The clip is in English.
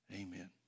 Amen